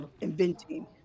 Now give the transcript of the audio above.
inventing